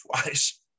twice